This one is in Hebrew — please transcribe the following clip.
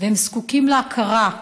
והם זקוקים להכרה.